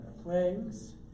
Plagues